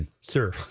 Sir